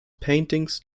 paintings